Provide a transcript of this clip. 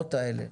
החברות האלה.